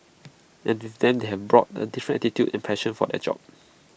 and with them they have brought A different attitude and passion for their job